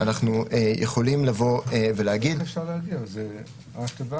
אנחנו יכולים לבוא ולהגיד --- התיבה